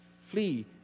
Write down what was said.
Flee